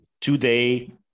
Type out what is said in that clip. today